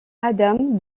adam